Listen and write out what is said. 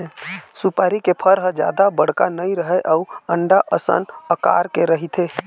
सुपारी के फर ह जादा बड़का नइ रहय अउ अंडा असन अकार के रहिथे